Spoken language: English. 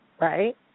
Right